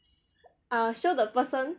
um show the person